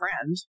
friend